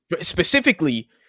specifically